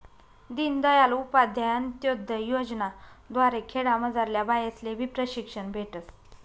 दीनदयाल उपाध्याय अंतोदय योजना द्वारे खेडामझारल्या बायास्लेबी प्रशिक्षण भेटस